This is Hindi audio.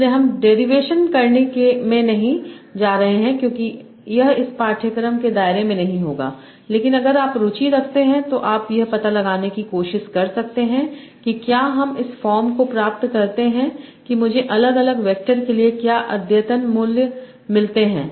इसलिए हम डेरिवेशन करने में नहीं जा रहे हैं क्योंकि यह इस पाठ्यक्रम के दायरे में नहीं होगा लेकिन अगर आप रुचि रखते हैं तो आप यह पता लगाने की कोशिश कर सकते हैं कि क्या हम इस फॉर्म को प्राप्त करते हैं कि मुझे अलग अलग वैक्टर के लिए क्या अद्यतन मूल्य मिलते हैं